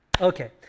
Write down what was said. okay